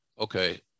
Okay